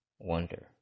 wonder